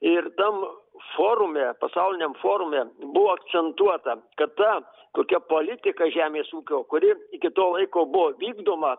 ir tam forume pasauliniam forume buvo akcentuota kad ta tokia politika žemės ūkio kuri iki to laiko buvo vykdoma